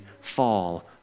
fall